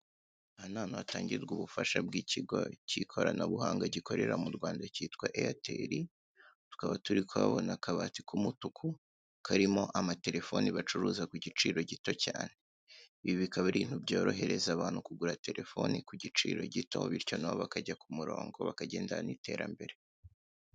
Aha ni ahantu hatangirwa ubufasha bw'ikigo k'ikoranabuhanga gikorera mu rwanda kitea eyateri, tukaba turi kuhabona akabati k'umutuku karimo amaterefone bacuruza ku giciro gito cyane, ibi bikaba ari ibintu byorohereza abantu kugura telefone ku giciro gito bityo nabo bakagendana n'ierembere.